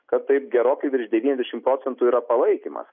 kad taip gerokai virš devyniasdešimt procentų yra palaikymas